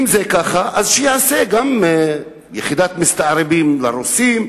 אז שיעשה יחידת מסתערבים גם לרוסים,